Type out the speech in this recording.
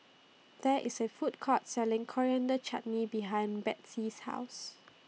There IS A Food Court Selling Coriander Chutney behind Betsey's House